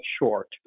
short